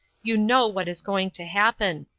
you know what is going to happen.